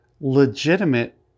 legitimate